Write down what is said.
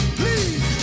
please